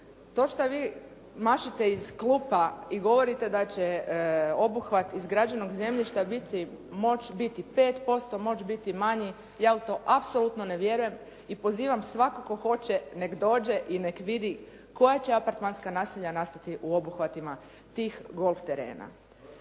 To što vi mašete iz klupa i govorite da će obuhvat iz građevnog zemljišta biti, moć biti 5%, moć biti manji, ja u to apsolutno ne vjerujem i pozivam svatko tko hoće neka dođe i nek vidi koja će apartmanska naselja nastati u obuhvatima tih golf terena.